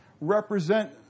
represent